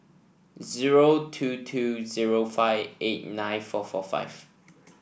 zero two two zero five eight nine four four five